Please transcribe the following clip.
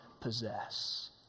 possess